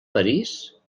parís